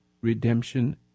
redemption